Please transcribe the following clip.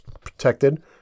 protected